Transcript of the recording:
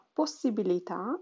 possibilità